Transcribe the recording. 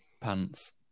pants